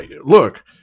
look